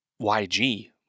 YG